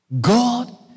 God